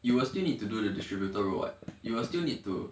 you will still need to do the distributor role [what] you will still need to